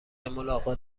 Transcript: ملاقات